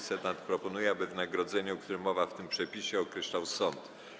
Senat proponuje, aby wynagrodzenie, o którym mowa w tym przepisie, określał sąd.